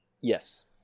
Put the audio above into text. Yes